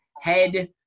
head